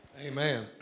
Amen